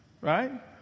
right